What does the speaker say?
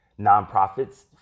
nonprofits